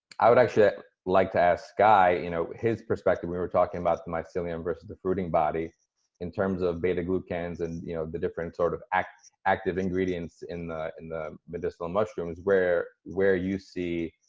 i would actually like to ask skye you know his perspective, we were talking about the mycelium versus the fruiting body in terms of beta-glucans and you know the different sort of active active ingredients in the in the medicinal mushrooms where where you see